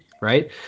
right